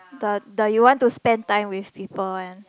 the the you want to spent time with people one